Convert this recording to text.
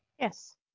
Yes